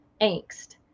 angst